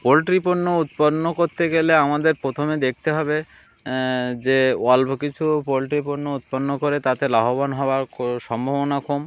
poultry পণ্য উৎপন্ন করতে গেলে আমাদের প্রথমে দেখতে হবে যে অল্প কিছু পোলট্রি পণ্য উৎপন্ন করে তাতে লাভবান হওয়ার সম্ভাবনা কম